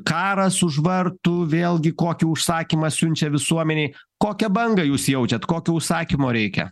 karas už vartų vėlgi kokį užsakymą siunčia visuomenei kokią bangą jūs jaučiat kokio užsakymo reikia